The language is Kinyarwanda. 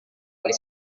muri